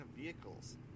vehicles